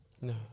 No